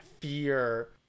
fear